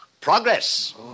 Progress